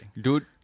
dude